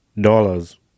dollars